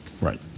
Right